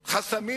חסמים,